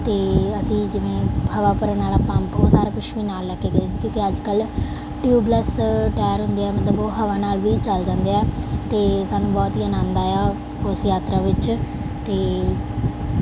ਅਤੇ ਅਸੀਂ ਜਿਵੇਂ ਹਵਾ ਭਰਨ ਵਾਲਾ ਪੰਪ ਉਹ ਸਾਰਾ ਕੁਛ ਵੀ ਨਾਲ ਲੈ ਕੇ ਗਏ ਸੀ ਕਿਉਂਕਿ ਅੱਜ ਕੱਲ੍ਹ ਟਿਊਬਲੈਸ ਟਾਇਰ ਹੁੰਦੇ ਆ ਮਤਲਬ ਉਹ ਹਵਾ ਨਾਲ ਵੀ ਚੱਲ ਜਾਂਦੇ ਆ ਅਤੇ ਸਾਨੂੰ ਬਹੁਤ ਹੀ ਆਨੰਦ ਆਇਆ ਉਸ ਯਾਤਰਾ ਵਿੱਚ ਅਤੇ